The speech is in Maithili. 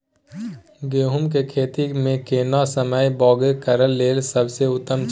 गहूम के खेती मे केना समय बौग करय लेल सबसे उत्तम छै?